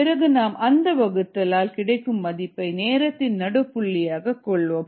பிறகு நாம் அந்த வகுத்தல் ஆல் கிடைக்கும் மதிப்பை நேரத்தின் நடு புள்ளியாக கொள்வோம்